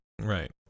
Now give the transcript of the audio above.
Right